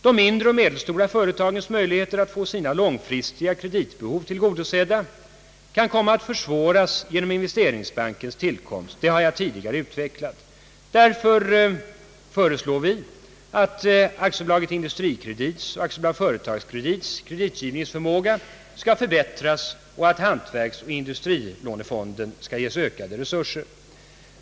De mindre och medelstora företagens möjligheter att få sina långfristiga kreditbehov tillgodosedda kan komma att försvåras genom investeringsbankens tillkomst. Det har jag tidigare utvecklat. Därför föreslår vi att AB Industrikredits och AB Företagskredits kreditgivningsförmåga skall förbättras och att hantverksoch industrilånefonden skall ges ökade resurser.